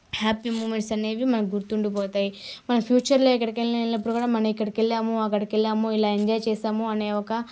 happy moments అనేవి మనకి గుర్తుండిపోతాయి మన ఫ్యూచర్లో ఎక్కడికైనా వెళ్ళినప్పుడు కూడా మన ఇక్కడికి వెళ్ళాము అక్కడికి వెళ్ళాము ఇలా ఎంజాయ్ చేసాము అనే ఒక